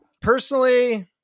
Personally